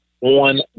on